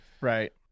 right